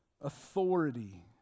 authority